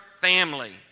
family